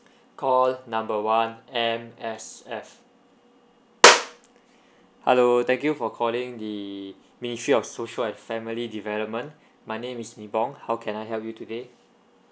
call number one M_S_F hello thank you for calling the ministry of social and family development my name is yvon how can I help you today